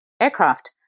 aircraft